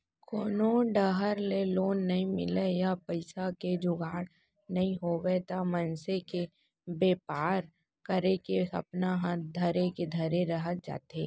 कोनो डाहर ले लोन नइ मिलय या पइसा के जुगाड़ नइ होवय त मनसे के बेपार करे के सपना ह धरे के धरे रही जाथे